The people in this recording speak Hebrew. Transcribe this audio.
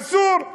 אסור.